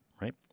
right